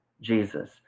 jesus